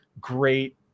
great